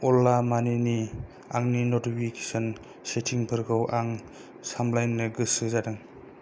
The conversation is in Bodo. अला मानि नि आंनि नटिफिकेसन सेथिं फोरखौ आं सामलायनो गोसो जादों